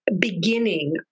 beginning